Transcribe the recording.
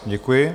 Děkuji.